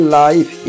life